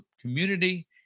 community